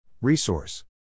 Resource